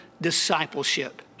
discipleship